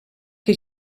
que